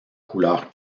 couleur